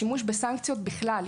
השימוש בסנקציות בכלל,